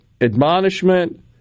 admonishment